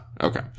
Okay